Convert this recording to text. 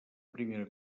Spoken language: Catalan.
primera